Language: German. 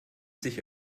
sich